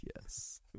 yes